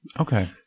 Okay